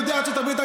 יהודי ארצות הברית,